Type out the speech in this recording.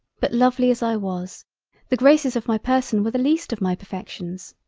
but lovely as i was the graces of my person were the least of my perfections.